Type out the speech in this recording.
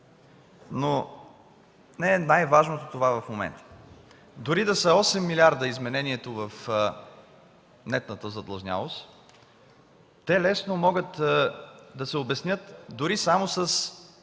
не е най-важното. Дори да е 8 милиарда изменението в нетната задлъжнялост, те лесно могат да се обяснят дори само с